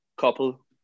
couple